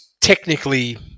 technically